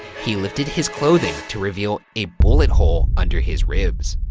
he lifted his clothing to reveal a bullet hole under his ribs.